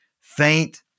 faint